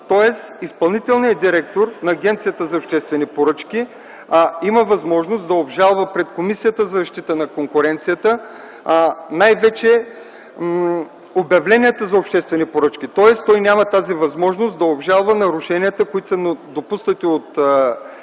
Тоест изпълнителният директор на Агенцията за обществени поръчки има възможност да обжалва пред Комисията за защита на конкуренцията най-вече обявленията за обществени поръчки. Тоест той няма тази възможност да обжалва нарушенията, които са допуснати от